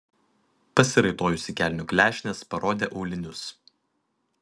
pasiraitojusi kelnių klešnes parodė aulinius